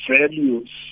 values